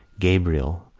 gabriel,